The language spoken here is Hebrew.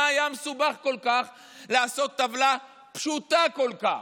מה היה מסובך כל כך לעשות טבלה פשוטה כל כך?